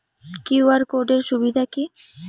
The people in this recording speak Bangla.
কিউ.আর কোড এর সুবিধা কি?